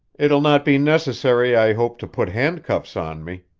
it'll not be necessary, i hope, to put handcuffs on me.